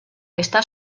está